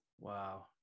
wow